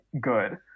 good